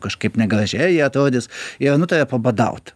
kažkaip negražiai atrodys jie nutarė pabadaut